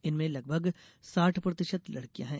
इनमें लगभग साठ प्रतिशत लड़कियां हैं